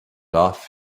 off